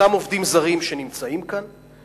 אותם עובדים זרים שנמצאים כאן,